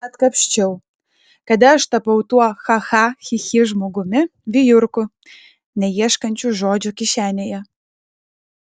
atkapsčiau kada aš tapau tuo cha cha chi chi žmogumi vijurku neieškančiu žodžio kišenėje